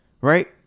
right